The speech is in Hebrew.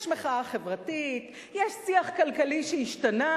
יש מחאה חברתית, יש שיח כלכלי שהשתנה,